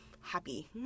happy